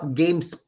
games